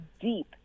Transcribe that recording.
deep